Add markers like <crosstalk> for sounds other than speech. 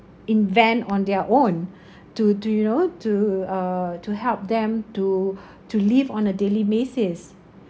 invent on their own <breath> to to you know to uh to help them to <breath> to live on a daily basis